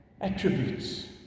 attributes